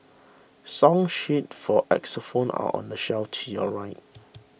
song sheets for xylophones are on the shelf to your right